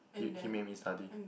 he he made me study